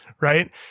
right